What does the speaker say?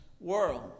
world